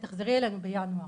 שאני אחזור אליהם בינואר.